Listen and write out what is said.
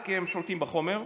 כי הם שולטים בחומר.